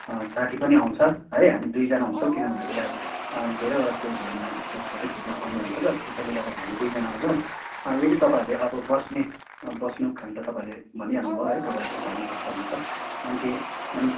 साथी पनि आउँछ है हामी दुईजाना हुन्छौँ किन भनेदेखिलाई अब न धेरैवटा पोजहरूमा त्यो फोटो खिच्नुपर्ने हुन्छ त त्यसैले गर्दा हामी दुईजाना आउँछौँ अँ यदि तपाईँहरूले अब बस्ने अब बस्नु खानु त तपाईँहरूले भनिहाल्नु भयो है तपाईँहरूकै घरमा बस्दा हुन्छ अन्ते अनि